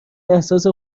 احساس